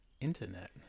internet